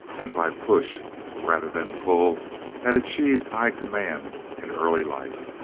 and by push rather than pull had achieved high command in early life.